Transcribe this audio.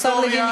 השר בא.